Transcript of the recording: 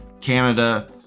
Canada